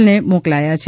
ને મોકલાયા છે